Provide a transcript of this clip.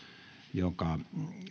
joka